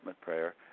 prayer